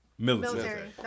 Military